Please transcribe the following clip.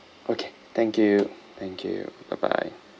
okay thank you thank you bye bye